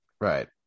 right